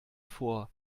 vor